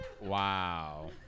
Wow